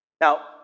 Now